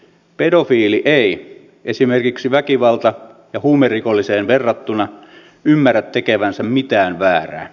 pedofiili ei esimerkiksi väkivalta ja huumerikolliseen verrattuna ymmärrä tekevänsä mitään väärää